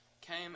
came